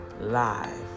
live